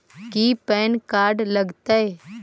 की PAN card लग तै?